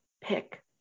pick